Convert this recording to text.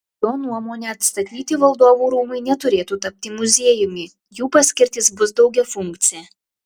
jo nuomone atstatyti valdovų rūmai neturėtų tapti muziejumi jų paskirtis bus daugiafunkcė